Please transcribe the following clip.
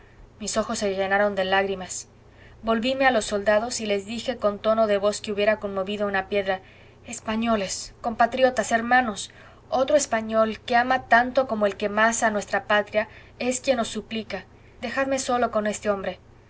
mis ojos se llenaron de lágrimas volvíme a los soldados y les dije con tono de voz que hubiera conmovido a una piedra españoles compatriotas hermanos otro español que ama tanto como el que más a nuestra patria es quien os dejadme solo con este hombre